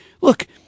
look